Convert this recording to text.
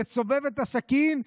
לסובב את הסכין.